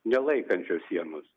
nelaikančios sienos